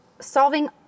solving